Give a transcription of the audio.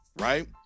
right